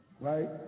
right